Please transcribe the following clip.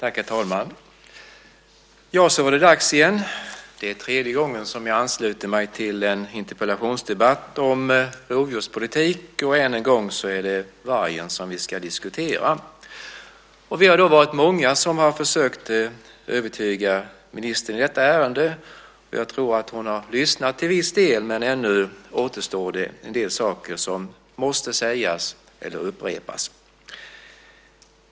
Herr talman! Så var det dags igen. Det är tredje gången som jag ansluter mig till en interpellationsdebatt om rovdjurspolitik, och än en gång är det vargen som vi ska diskutera. Vi har varit många som har försökt att övertyga ministern i detta ärende. Jag tror att hon har lyssnat till viss del, men ännu återstår det en del saker som måste sägas eller upprepas.